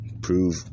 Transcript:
prove